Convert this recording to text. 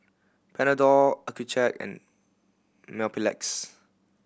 Panadol Accucheck and Mepilex